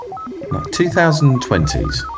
2020s